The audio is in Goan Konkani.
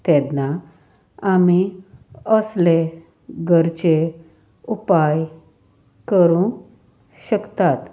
तेदना आमी असले घरचे उपाय करूं शकतात